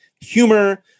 humor